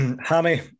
Hammy